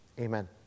Amen